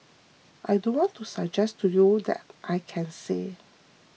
I don't want to suggest to you that I can say